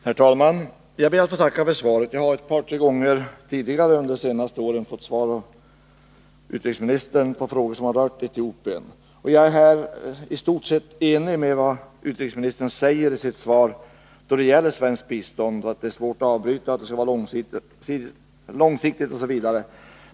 Herr talman! Jag ber att få tacka för svaret. Jag har ett par tre gånger under de senaste åren fått svar av utrikesministern på frågor som rör Etiopien. Jag är i stort sett enig med utrikesministern om det han säger i svaret när det gäller svenskt bistånd, att det skall vara långsiktigt och att det är svårt att avbryta hjälpen.